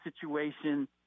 situation